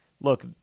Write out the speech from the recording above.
look